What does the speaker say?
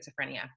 schizophrenia